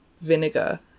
vinegar